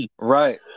Right